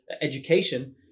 education